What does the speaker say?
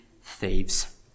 thieves